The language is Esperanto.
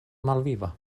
malviva